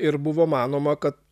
ir buvo manoma kad